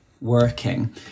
working